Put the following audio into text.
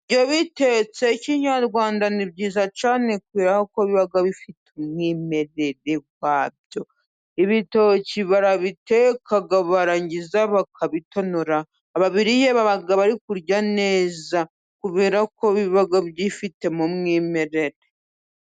Iyo bitetse kinyarwanda ni byiza cyane kuberako biba bifite umwimerere wabyo. Ibitoki barabiteka barangiza bakabitonora, ababiriye baba bari kurya neza kubera ko byifitemo umwimerere.